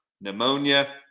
pneumonia